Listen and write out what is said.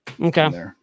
Okay